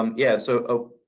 um yeah, so oh,